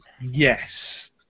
yes